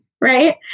right